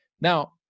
Now